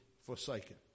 forsaken